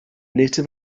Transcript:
native